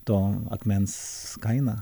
to akmens kainą